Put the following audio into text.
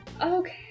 Okay